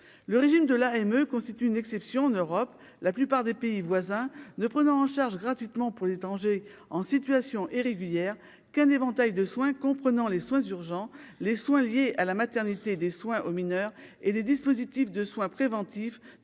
le régime de l'AME constitue une exception en Europe, la plupart des pays voisins, ne prenant en charge gratuitement pour les étrangers en situation irrégulière, qu'un éventail de soins comprenant les soins urgents les soins liés à la maternité des soins aux mineurs et des dispositifs de soins préventifs